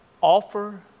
offer